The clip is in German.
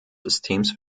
systems